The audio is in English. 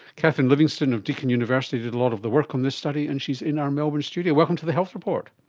katherine livingstone of deakin university did a lot of the work on this study and she is in our melbourne studio. welcome to the health report.